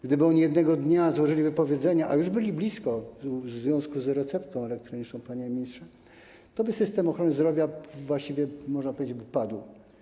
Gdyby oni jednego dnia złożyli wypowiedzenie, a już byli blisko w związku z receptą elektroniczną, panie ministrze, to system ochrony zdrowia, można powiedzieć, by padł.